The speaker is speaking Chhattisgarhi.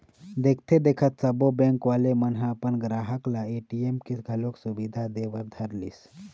देखथे देखत सब्बो बेंक वाले मन ह अपन गराहक ल ए.टी.एम के घलोक सुबिधा दे बर धरलिस